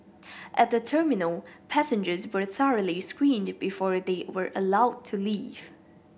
at the terminal passengers were thoroughly screened before they were allowed to leave